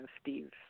Steve